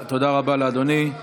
תודה רבה לאדוני.